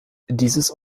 dieses